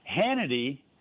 Hannity